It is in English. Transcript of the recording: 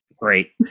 Great